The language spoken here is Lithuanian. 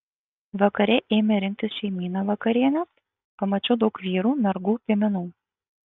vakare ėmė rinktis šeimyna vakarienės pamačiau daug vyrų mergų piemenų